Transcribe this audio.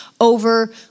over